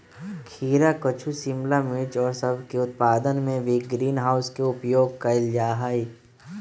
खीरा कद्दू शिमला मिर्च और सब के उत्पादन में भी ग्रीन हाउस के उपयोग कइल जाहई